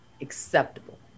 acceptable